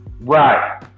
Right